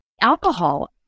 Alcohol